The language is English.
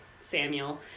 Samuel